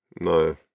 no